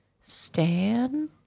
Stan